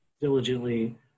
diligently